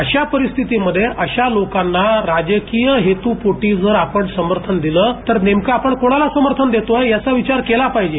अशा प री थतीम ये अशा लोकांना राजक य हेतू पोटी जर आपण समथन दिलं तर नेमक आपण कोणाल समथन देतो आहोत याचा विचार केला पाहिजे